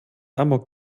amok